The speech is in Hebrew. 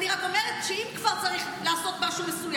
האם זאת תקופה שבאופן חריג אתה צריך להגיד לבנקים,